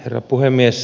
herra puhemies